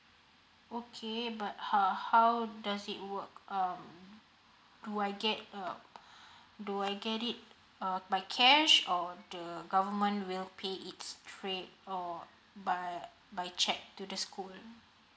okay but uh how does it work um do I get err do I get it uh by cash or the government will pay it straight or by by check to the school